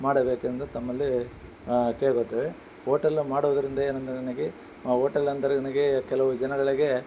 ಮಾಡಬೇಕೆಂದು ತಮ್ಮಲ್ಲಿ ಕೇಳ್ಕೊಳ್ತೇವೆ ಹೋಟೆಲ್ ಮಾಡೋದರಿಂದ ಏನು ಅಂದರೆ ನನಗೆ ಆ ಹೋಟೆಲ್ ಅಂದರೆ ನನಗೆ ಕೆಲವು ಜನಗಳಿಗೆ